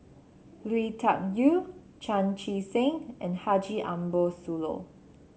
Lui Tuck Yew Chan Chee Seng and Haji Ambo Sooloh